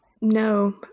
No